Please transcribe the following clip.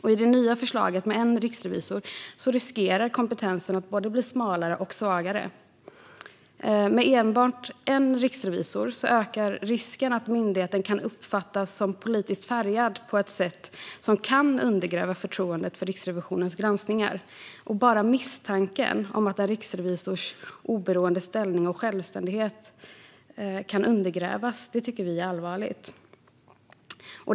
I det nya förslaget med en riksrevisor riskerar kompetensen att bli både smalare och svagare. Med enbart en riksrevisor ökar risken att myndigheten kan uppfattas som politiskt färgad på ett sätt som kan undergräva förtroendet för Riksrevisionens granskningar. Bara misstanken om att en riksrevisors oberoende ställning och självständighet kan undergrävas tycker vi är allvarligt.